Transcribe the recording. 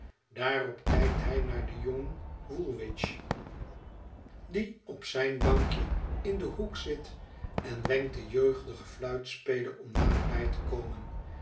daarop kijkt hij naarden jongen woolwich die op zijn bankje in den hoek zit en wenkt dien jeugdigen fluitspeler om naderbij te komen